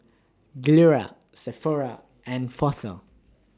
Gilera Sephora and Fossil